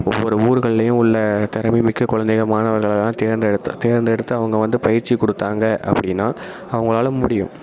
ஒவ்வொரு ஊருகள்லையும் உள்ள திறமை மிக்க குழந்தைங்க மாணவர்களெல்லாம் தேர்ந்தெடுத்து தேர்ந்தெடுத்து அவங்க வந்து பயிற்சிக் கொடுத்தாங்க அப்படின்னா அவங்களால முடியும்